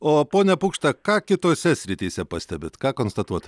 o pone pukšta ką kitose srityse pastebit ką konstatuot